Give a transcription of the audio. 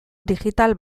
digital